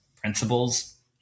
principles